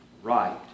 Right